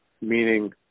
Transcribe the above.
meaning